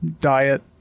diet